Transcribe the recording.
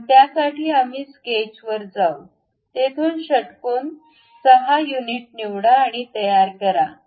तर त्यासाठी आम्ही स्केचवर जाऊ येथून षटकोन 6 युनिट निवडा आणि तयार करा